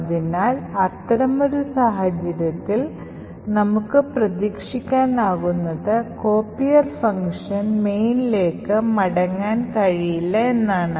അതിനാൽ അത്തരമൊരു സാഹചര്യത്തിൽ നമുക്ക്പ്രതീക്ഷിക്കാനാകുന്നത് copier ഫംഗ്ഷന് mainലേക്ക് മടങ്ങാൻ കഴിയില്ല എന്നതാണ്